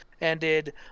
ended